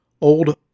Old